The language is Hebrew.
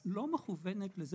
לא מכוונת לזה